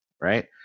right